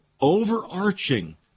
overarching